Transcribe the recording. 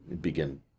begin